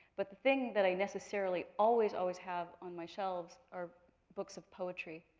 but the thing that i necessarily always, always have on my shelves are books of poetry.